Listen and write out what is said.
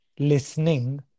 listening